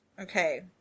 Okay